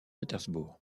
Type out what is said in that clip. pétersbourg